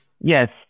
Yes